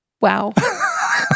Wow